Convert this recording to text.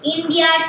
India